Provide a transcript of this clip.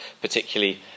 particularly